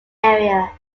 area